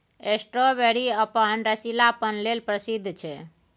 strawberry अपन रसीलापन लेल प्रसिद्ध छै